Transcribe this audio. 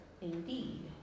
indeed